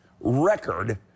record